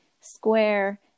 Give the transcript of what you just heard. square